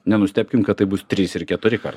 nenustebkim kad tai bus trys ir keturi kartai